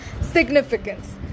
Significance